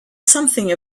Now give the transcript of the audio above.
something